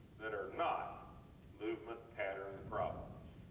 that are not movement pattern problems.